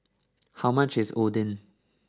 how much is Oden